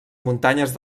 muntanyes